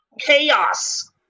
Chaos